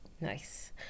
Nice